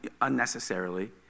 unnecessarily